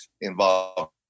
involved